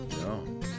No